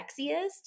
sexiest